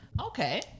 Okay